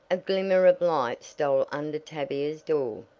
a glimmer of light stole under tavia's door.